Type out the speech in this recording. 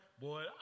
Boy